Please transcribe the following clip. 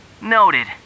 Noted